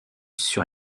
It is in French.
sur